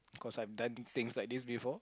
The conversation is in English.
cause I've done few things like this before